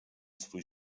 swój